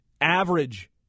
Average